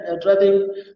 driving